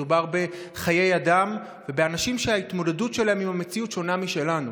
מדובר בחיי אדם ובאנשים שההתמודדות שלהם עם המציאות שונה משלנו.